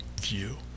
view